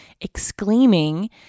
exclaiming